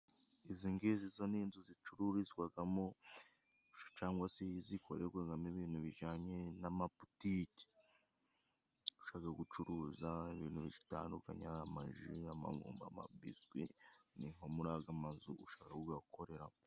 Izi ngizi zo ni inzu zicururizwagamo cyangwa se zikorerwagamo ibintu bijyanye n'amabutite. Ushaka gucuruza ibintu bitandukanye harimo amaji, amabiswi ni nko muri aga mazu ushaka gukoreramo.